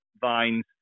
vines